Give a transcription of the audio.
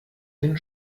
den